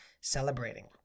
celebrating